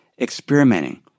experimenting